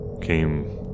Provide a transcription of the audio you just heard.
came